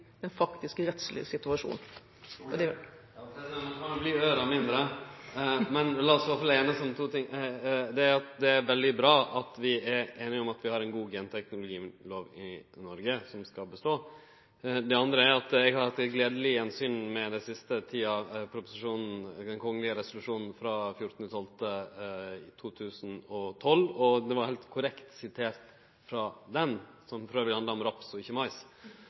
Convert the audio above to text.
mindre! Men la oss iallfall einast om to ting: Det eine er at det er veldig bra at vi har ei god genteknologilov i Noreg, som skal bestå. Det andre er at eg har hatt eit gledeleg gjensyn den siste tida med den kongelege resolusjonen frå 14. desember 2012, og det var heilt korrekt sitert frå den – som elles handla om raps og ikkje mais.